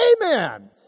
Amen